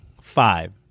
five